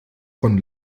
von